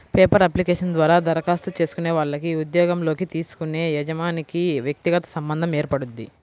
paper application ద్వారా దరఖాస్తు చేసుకునే వాళ్లకి ఉద్యోగంలోకి తీసుకునే యజమానికి వ్యక్తిగత సంబంధం ఏర్పడుద్ది